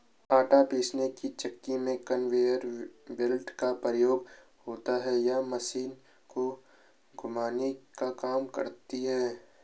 आटा पीसने की चक्की में कन्वेयर बेल्ट का प्रयोग होता है यह मशीन को घुमाने का काम करती है